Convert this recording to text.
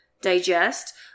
digest